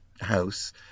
house